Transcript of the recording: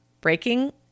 breaking